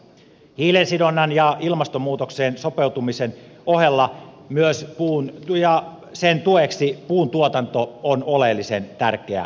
hiilen sidonnan ja ilmastonmuutokseen sopeutumisen ohella ja sen tueksi puun tuotanto on oleellisen tärkeä asia